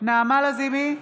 נעמה לזימי,